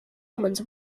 humans